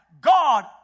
God